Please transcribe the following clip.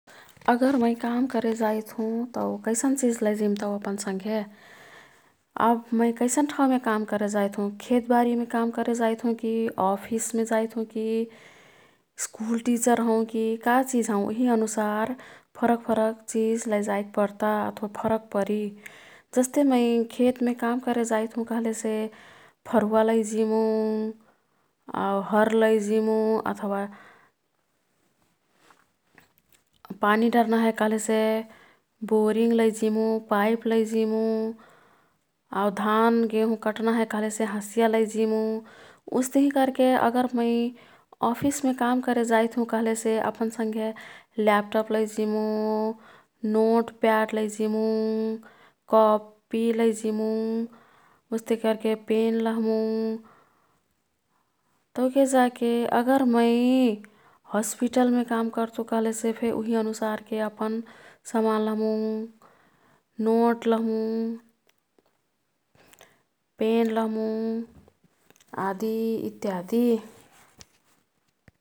अगर मै काम करे जाईत् हुँ तौ कैसन चिज लैजिम तौ अपन संघे। अब मै कैसन ठाउँमे काम करे जाईत् हुँ। खेतबारीम् काम करे जाईत् हुँ की, अफिसमे जाईत् हुँ की, स्कुल टिचर हौँ की का चिज हौँ उही अनुसार फरक फरक चिज लैजाईक् पर्ता अथवा फरक परी। जस्ते मै खेत मे काम करे जाईत् हुँ कह्लेसे फरुहा लैजिमु ,आउ हर लैजिमु अथवा पानी डर्ना हे कह्लेसे बोरिंग लैजिमु, पाइप लैजिमु। आउ धान, गेंहुँ कट्ना हे कह्लेसे हँसिया लैजिमु। उस्तिही कर्के अगर मै अफिसमे काम करे जाईत् हुँ कह्लेसे अपन संघे ल्यापटप लैजिमु, नोटप्याड लैजिमु ,कपी लैजिमु ,उस्ते कर्के पेन लह्मु। तौके जाके अगर मै हस्पिटलमे काम कर्तु कह्लेसेफे उही अनुसारके अपन समान लह्मु। नोट लह्मु ,पेन लह्मु आदि इत्यादी।